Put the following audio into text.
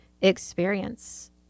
experience